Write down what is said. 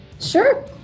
Sure